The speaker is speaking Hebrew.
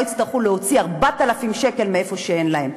והם לא יצטרכו להוציא 4,000 שקל מאיפה שאין להם.